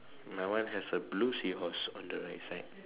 my one has a blue seahorse on the right side